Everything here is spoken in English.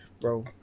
bro